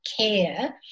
care